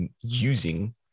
using